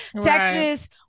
Texas